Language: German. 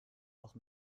auch